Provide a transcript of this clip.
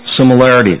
similarities